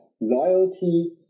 loyalty